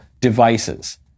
devices